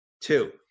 Two